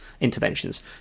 interventions